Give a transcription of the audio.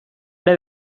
ere